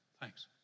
thanks